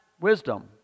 wisdom